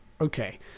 Okay